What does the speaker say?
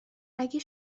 اگه